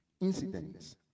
Incidents